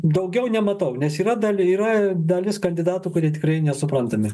daugiau nematau nes yra yra dalis kandidatų kurie tikrai nesuprantami